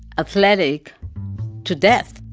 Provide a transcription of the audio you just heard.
athletic to death.